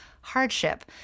hardship